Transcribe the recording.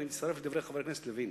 ואני מצטרף לדברי חבר הכנסת לוין: